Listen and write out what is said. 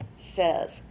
says